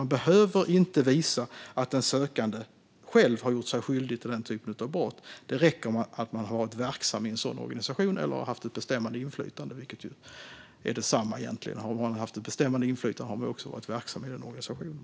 Man behöver inte visa att den sökande själv har gjort sig skyldig till den typen av brott. Det räcker att den sökande har varit verksam i en sådan organisation eller har haft ett bestämmande inflytande. Det är egentligen detsamma - har man haft ett bestämmande inflytande har man också varit verksam i organisationen.